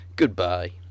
Goodbye